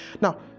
Now